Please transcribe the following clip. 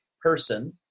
person